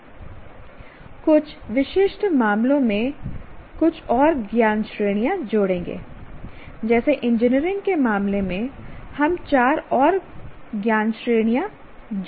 हम कुछ विशिष्ट मामलों में कुछ और ज्ञान श्रेणियां जोड़ेंगे जैसे इंजीनियरिंग के मामले में हम चार और ज्ञान श्रेणियों को जोड़ते हैं